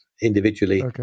individually